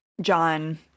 John